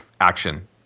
Action